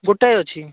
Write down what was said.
ଗୋଟାଏ ଅଛି